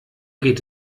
geht